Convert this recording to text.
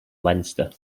leinster